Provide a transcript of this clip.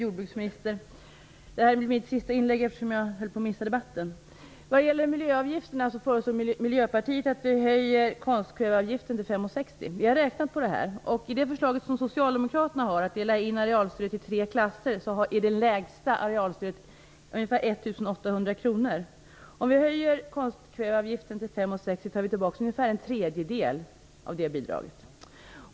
Fru talman! Detta blir mitt inlägg, eftersom jag höll på att missa debatten. Vad gäller miljöavgifterna föreslår Miljöpartiet att konstkväveavgiften höjs till 5:60 kr. Vi har räknat på detta. I det förslag som Socialdemokraterna har att dela in arealstödet i tre klasser är det lägsta arealstödet nästan 1 800 kronor. Om vi höjer konstkväveavgiften till 5:60 kr tar vi tillbaks ungefär en tredjedel av det bidraget.